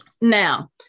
Now